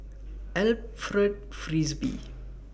Alfred Frisby